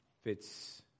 fits